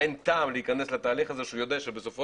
אין טעם להיכנס לתהליך הזה כשהוא יודע שבסופו